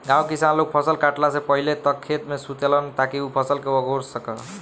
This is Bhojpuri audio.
गाँव के किसान लोग फसल काटला से पहिले तक खेते में सुतेलन ताकि उ फसल के अगोर सकस